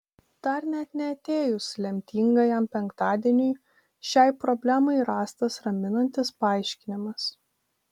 dar net neatėjus lemtingajam penktadieniui šiai problemai rastas raminantis paaiškinimas